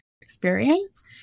experience